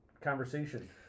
conversation